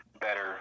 better